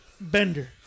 Bender